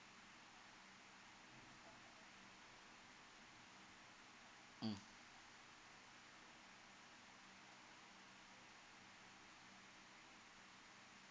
mm